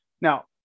Now